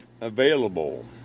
available